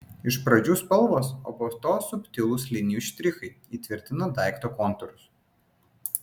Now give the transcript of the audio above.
iš pradžių spalvos o po to subtilūs linijų štrichai įtvirtina daikto kontūrus